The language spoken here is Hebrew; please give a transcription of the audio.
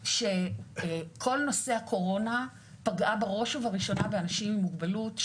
שכל נושא הקורונה פגע בראש ובראשונה באנשים עם מוגבלות.